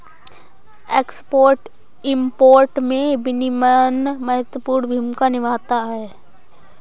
export import में विनियमन महत्वपूर्ण भूमिका निभाता है